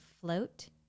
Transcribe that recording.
float